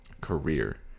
career